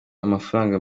amafaranga